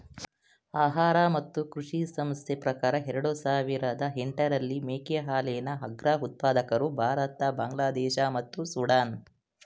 ಆಹಾರ ಮತ್ತು ಕೃಷಿ ಸಂಸ್ಥೆ ಪ್ರಕಾರ ಎರಡು ಸಾವಿರದ ಎಂಟರಲ್ಲಿ ಮೇಕೆ ಹಾಲಿನ ಅಗ್ರ ಉತ್ಪಾದಕರು ಭಾರತ ಬಾಂಗ್ಲಾದೇಶ ಮತ್ತು ಸುಡಾನ್